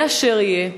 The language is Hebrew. יהיה אשר יהיה,